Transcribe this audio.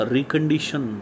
Recondition